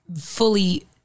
fully